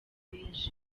norvege